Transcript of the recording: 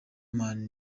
man